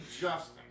Justin